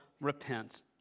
repent